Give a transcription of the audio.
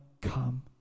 come